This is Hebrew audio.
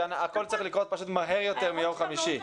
שהכול צריך לקרות פשוט מהר יותר מיום חמישי.